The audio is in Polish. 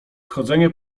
chodzenie